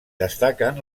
destaquen